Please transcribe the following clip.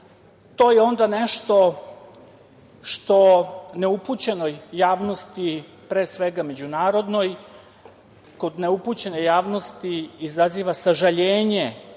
To je onda nešto što neupućenoj javnosti, pre svega međunarodnoj, kod neupućene javnosti izaziva sažaljenje